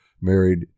married